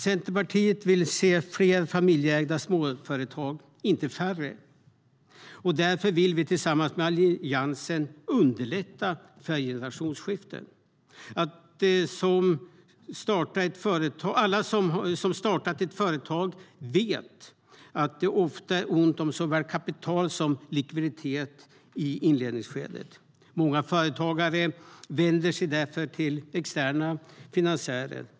Centerpartiet vill se fler familjeägda småföretag, inte färre. Därför vill vi tillsammans med de andra i Alliansen underlätta för generationsskiften. Alla som startat ett företag vet att det ofta är ont om såväl kapital som likviditet i inledningsskedet. Många företagare vänder sig därför till externa finansiärer.